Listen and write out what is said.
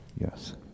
Yes